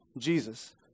Jesus